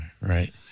Right